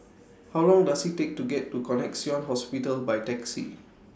How Long Does IT Take to get to Connexion Hospital By Taxi